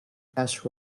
cash